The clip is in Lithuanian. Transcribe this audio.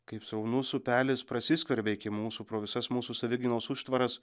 kaip sraunus upelis prasiskverbia iki mūsų pro visas mūsų savigynos užtvaras